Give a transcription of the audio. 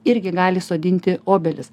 irgi gali sodinti obelis